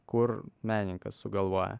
kur menininkas sugalvoja